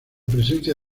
presencia